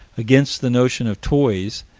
against the notion of toys,